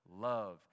love